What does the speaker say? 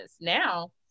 Now